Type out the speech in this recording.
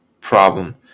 ...problem